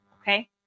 okay